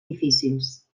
difícils